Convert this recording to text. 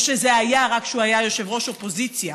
או שזה היה רק כשהוא היה יושב-ראש אופוזיציה.